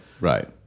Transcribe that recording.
right